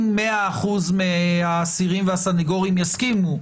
אם 100% מהאסירים והסנגורים יסכימו,